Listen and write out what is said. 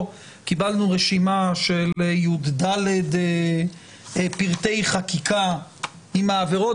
קיבלנו רשימה של י"ד פרטי חקיקה עם העבירות,